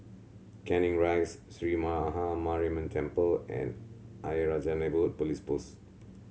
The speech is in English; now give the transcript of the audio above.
Canning Rise Sree Maha Mariamman Temple and Ayer Rajah Neighbourhood Police Post